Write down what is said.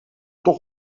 toch